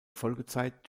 folgezeit